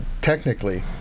technically